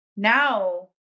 Now